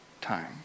time